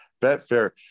Betfair